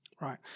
Right